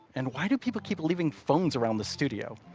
and why do people keep leaving phones around the studio?